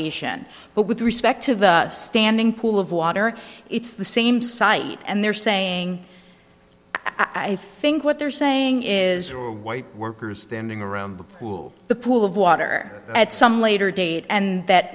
on but with respect to the standing pool of water it's the same site and they're saying i think what they're saying is white workers standing around the pool the pool of water at some later date and that